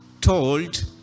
told